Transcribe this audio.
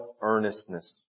earnestness